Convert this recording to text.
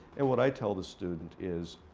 and what i tell the student is,